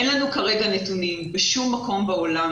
אין לנו כרגע נתונים בשום מקום בעולם